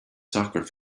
soccer